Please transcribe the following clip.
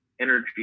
energy